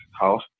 house